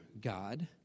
God